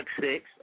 Six